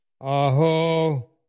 Aho